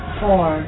four